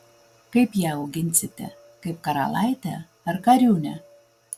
kaip ją auginsite kaip karalaitę ar kariūnę